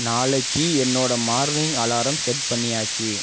நாளைக்கு என்னோட morning alarm set பண்ணியாச்சு